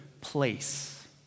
place